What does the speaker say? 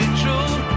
true